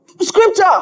Scripture